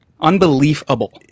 unbelievable